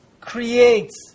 creates